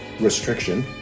restriction